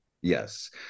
Yes